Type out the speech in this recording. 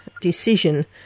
decision